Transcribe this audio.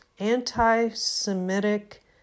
anti-Semitic